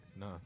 No